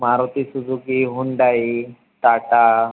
Maruti Suzuki Hyundai Tata